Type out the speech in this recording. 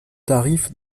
tarif